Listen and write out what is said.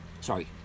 sorry